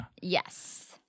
Yes